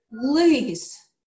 Please